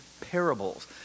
parables